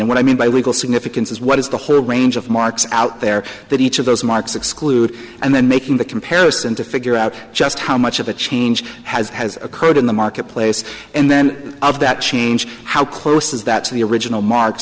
clean what i mean by legal significance is what is the whole range of marks out there that each of those marks exclude and then making the comparison to figure out just how much of a change has has occurred in the marketplace and then of that change how close is that to the original mark